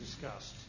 discussed